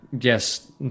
Yes